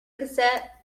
cassette